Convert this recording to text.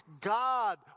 God